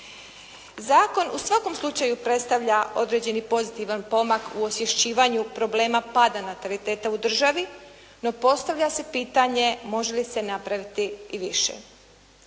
Zakon u svakom slučaju predstavlja određeni pozitivan pomak u osvješćivanju problema pada nataliteta u državi, no postavlja se pitanje može li se napraviti i više.